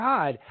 God